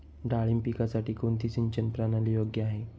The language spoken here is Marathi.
डाळिंब पिकासाठी कोणती सिंचन प्रणाली योग्य आहे?